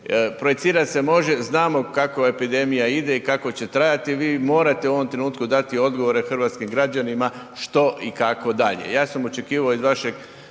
Projicirati se može, znamo kako epidemija ide i kako će trajati, vi morate u ovom trenutku dati odgovore hrvatskim građanima što i kako dalje.